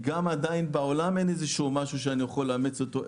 גם בעולם אין עדיין משהו שאני יכול לאמץ כפי שהוא,